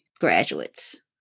graduates